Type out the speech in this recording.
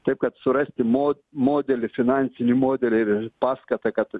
kaip kad surasti mo modelį finansinį modelį ir ir paskatą kad